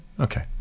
Okay